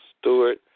Stewart